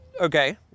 okay